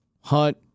Hunt